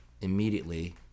immediately